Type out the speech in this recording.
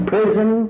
Prison